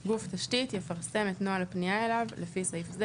גוף תשתית יפרסם את נוהל הפנייה אליו לפי סעיף זה,